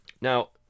Now